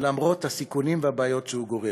ממשלה כושלת הפוגעת בערכי הדמוקרטיה.